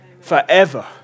forever